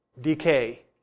Decay